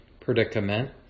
predicament